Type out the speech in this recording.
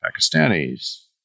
Pakistanis